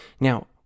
Now